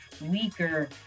weaker